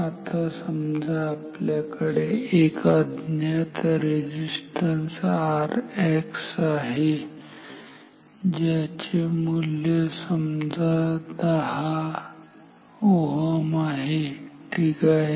आता समजा आपल्याकडे एक अज्ञात रेझिस्टन्स Rx आहे याचे मूल्य समजा जवळपास 10Ω आहे ठीक आहे